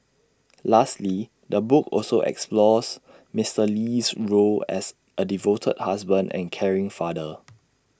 lastly the book also explores Mister Lee's role as A devoted husband and caring father